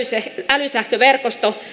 älysähköverkosto